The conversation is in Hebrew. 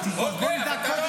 אוקיי,